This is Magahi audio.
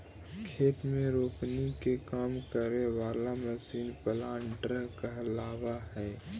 खेती में रोपनी के काम करे वाला मशीन प्लांटर कहलावऽ हई